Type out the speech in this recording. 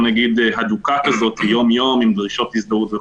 נגיד הדוקה כזאת יומיום עם דרישות הזדהות,